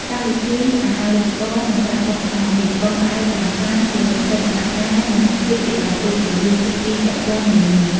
កម្មវិធីអាហារូបករណ៍ និង ប្រាក់ឧបត្ថម្ភ នេះ ពឹងផ្អែកយ៉ាងខ្លាំង លើ កិច្ចសហការ និង ភាពជាដៃគូ រវាង ភាគីពាក់ព័ន្ធនានា។